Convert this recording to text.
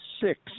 six